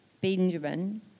Benjamin